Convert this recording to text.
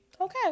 okay